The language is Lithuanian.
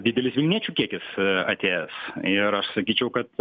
didelis vilniečių kiekis atėjęs ir aš sakyčiau kad